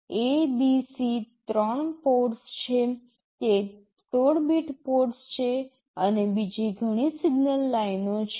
A B C ત્રણ ports છે તે 16 બીટ પોર્ટ્સ છે અને બીજી ઘણી સિગ્નલ લાઇનો છે